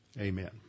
Amen